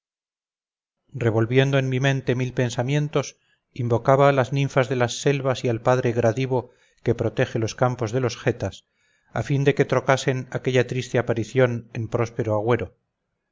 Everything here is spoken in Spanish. revolviendo en mi mente mil pensamientos invocaba a las ninfas de las selvas y al padre gradivo que protege los campos de los getas a fin de que trocasen aquella triste aparición en próspero agüero